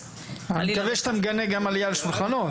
אני מקווה שאתה מגנה גם עלייה על שולחנות.